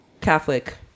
Catholic